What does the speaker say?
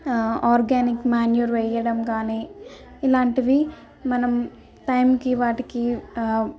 organic manure వేయడం కానీ ఇలాంటివి మనం టైంకి వాటికి